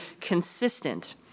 consistent